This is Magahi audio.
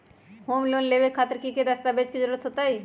होम लोन लेबे खातिर की की दस्तावेज के जरूरत होतई?